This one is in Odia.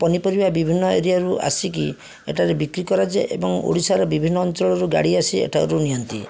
ପନିପରିବା ବିଭିନ୍ନ ଏରିଆରୁ ଆସିକି ଏଠାରେ ବିକ୍ରି କରାଯାଏ ଏବଂ ଓଡ଼ିଶାର ବିଭିନ୍ନ ଅଞ୍ଚଳରୁ ଗାଡ଼ି ଆସି ଏଠାରୁ ନିଅନ୍ତି